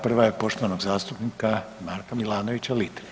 Prva je poštovanog zastupnika Marka Milanovića Litre.